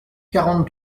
quarante